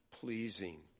pleasing